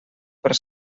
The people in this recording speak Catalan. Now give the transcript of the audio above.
per